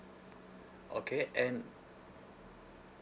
okay and